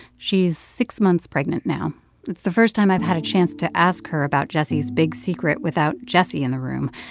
she's six months pregnant now. it's the first time i've had a chance to ask her about jessie's big secret without jessie in the room.